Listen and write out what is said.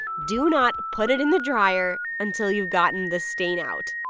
do not put it in the dryer until you've gotten the stain out